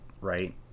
right